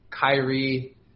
Kyrie